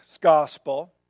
gospel